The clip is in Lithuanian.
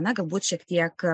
na galbūt šiek tiek